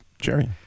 Jerry